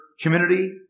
community